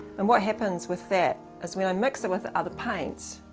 and what happens with that is when i mix it with other paints